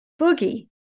boogie